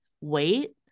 wait